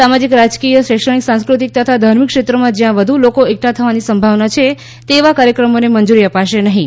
સામાજીક રાજકીય રમતો શૈક્ષણિક સાંસ્કૃતિક તથા ધાર્મિક ક્ષેત્રોમાં જ્યાં વધુ લોકો એકઠા થવાની સંભાવના છે તેવા કાર્યક્રમોને મંજૂરી અપાશે નહીં